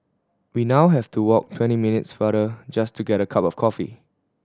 we now have to walk twenty minutes farther just to get a cup of coffee